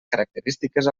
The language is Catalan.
característiques